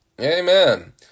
Amen